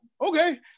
okay